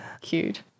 cute